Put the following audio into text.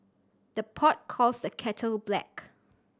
the pot calls the kettle black